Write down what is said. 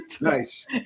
Nice